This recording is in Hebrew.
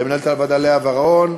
למנהלת הוועדה לאה ורון,